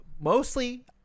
Mostly